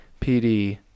pd